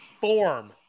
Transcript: form